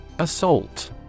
Assault